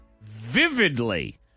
vividly